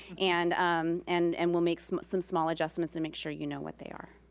and um and and we'll make some some small adjustments, and make sure you know what they are.